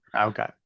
Okay